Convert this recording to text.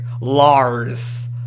Lars